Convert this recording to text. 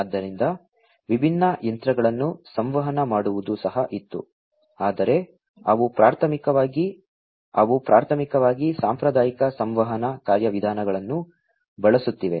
ಆದ್ದರಿಂದ ವಿಭಿನ್ನ ಯಂತ್ರಗಳನ್ನು ಸಂವಹನ ಮಾಡುವುದು ಸಹ ಇತ್ತು ಆದರೆ ಅವು ಪ್ರಾಥಮಿಕವಾಗಿ ಅವು ಪ್ರಾಥಮಿಕವಾಗಿ ಸಾಂಪ್ರದಾಯಿಕ ಸಂವಹನ ಕಾರ್ಯವಿಧಾನಗಳನ್ನು ಬಳಸುತ್ತಿವೆ